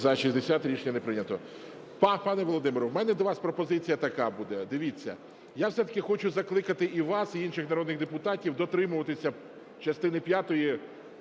За-60 Рішення не прийнято. Пане Володимире, в мене до вас пропозиція така буде. Дивіться, я все-таки хочу закликати і вас, і інших народних депутатів дотримуватися частини п'ятої